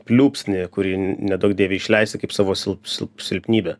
pliūpsnį kurį neduok dieve išleisi kaip savo savo sil sil silpnybę